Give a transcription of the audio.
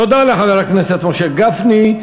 תודה לחבר הכנסת משה גפני.